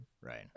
right